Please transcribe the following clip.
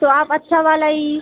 तो आप अच्छा वाला ही